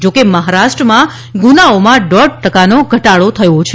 જોકે મહારાષ્ટ્રમાં ગુનાઓમાં દોઢ ટકાનો ઘટાડો થયો છે